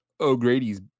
O'Grady's